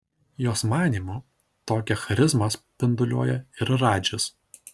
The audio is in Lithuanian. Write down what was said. jos manymu tokią charizmą spinduliuoja ir radžis